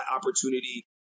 opportunity